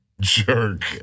jerk